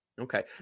okay